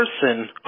person